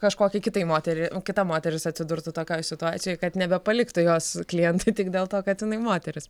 kažkokiai kitai moteri kita moteris atsidurtų tokioj situacijoj kad nebepaliktų jos klientai tik dėl to kad jinai moteris